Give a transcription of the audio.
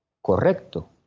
Correcto